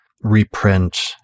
reprint